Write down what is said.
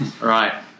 Right